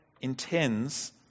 intends